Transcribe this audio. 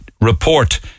report